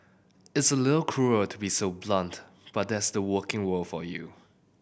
it's a little cruel to be so blunt but that's the working world for you